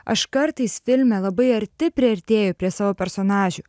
aš kartais filme labai arti priartėju prie savo personažių